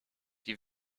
die